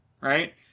right